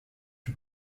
при